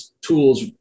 tools